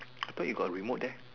I thought you got a remote there